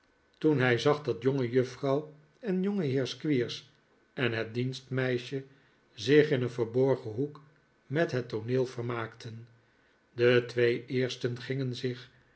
toen hij zag dat jongejuffrouw en jongeheer squeers en het dienstmeisje zich in een verborgen hoek met het tooneel vermaakten de twee eersten gingen